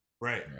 Right